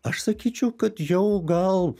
aš sakyčiau kad jau gal